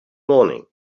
morning